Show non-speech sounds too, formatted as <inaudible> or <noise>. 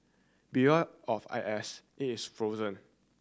<unintelligible> of I S it was frozen